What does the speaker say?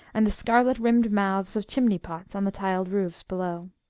and the scarlet-rimmed mouths of chimney-pots on the tiled roofs below.